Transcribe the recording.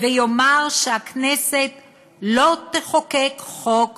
ויאמר שהכנסת לא תחוקק, חוק